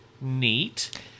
Neat